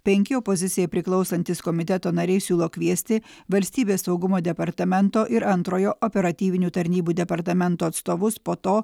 penki opozicijai priklausantys komiteto nariai siūlo kviesti valstybės saugumo departamento ir antrojo operatyvinių tarnybų departamento atstovus po to